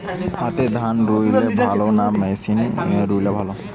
হাতে ধান রুইলে ভালো না মেশিনে রুইলে ভালো?